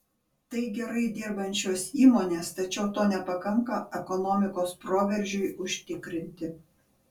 tai gerai dirbančios įmonės tačiau to nepakanka ekonomikos proveržiui užtikrinti